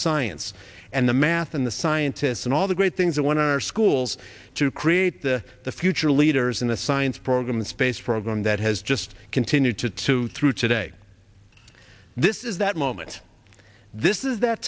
science and the math and the scientists and all the great things that won our schools to create the future leaders in the science program space program that has just continued to to through today this is that moment this is that